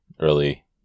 early